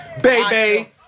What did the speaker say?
Baby